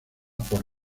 por